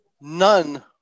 None